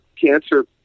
cancer